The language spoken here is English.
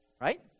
Right